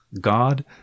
God